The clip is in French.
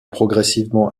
progressivement